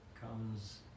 comes